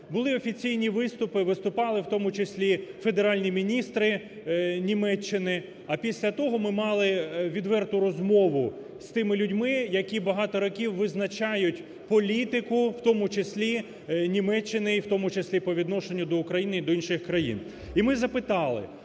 Були офіційні виступи, виступали в тому числі федеральні міністри Німеччини, а після того ми мали відверту розмову з тими людьми, які багато років визначають політику, в тому числі, Німеччині, і в тому числі по відношенню до України, і до інших країн. І ми запитали,